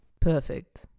Perfect